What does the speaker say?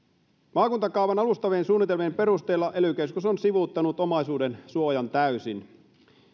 maakuntakaavan alustavien suunnitelmien perusteella ely keskus on sivuuttanut omaisuudensuojan täysin